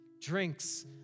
drinks